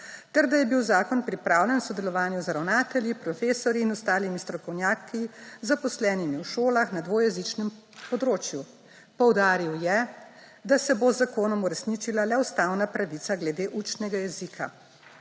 ter da je bil zakon pripravljen v sodelovanju z ravnatelji, profesorji in ostalimi strokovnjaki, zaposlenimi v šolah na dvojezičnem področju. Poudaril je, da se bo z zakonom uresničila le ustavna pravica glede učnega jezika.